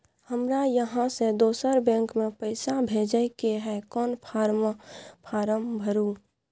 हमरा इहाँ से दोसर बैंक में पैसा भेजय के है, कोन फारम भरू?